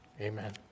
amen